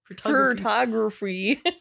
Photography